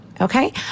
Okay